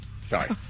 Sorry